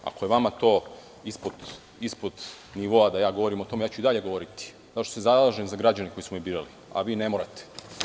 Ako je vama ispod nivoa da ja govorim o tome, ja ću i dalje govoriti, kao što se zalažem za građane koji su me birali, a vi ne morate.